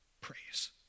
praise